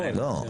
לא,